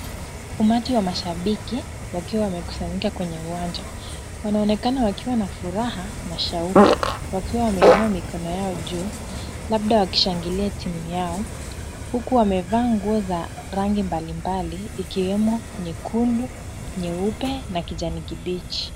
Umati wa mashabiki wakiwa wamekusanyika kwenye uwanja, wanaonekana wakiwa na furaha na shauku wakiwa wameinua mikono yao juu, labda wakishangilia timu yao, huku wamevaa nguo za rangi mbalimbali ikiwemo nyekundu, nyeupe na kijani kibichi.